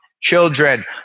children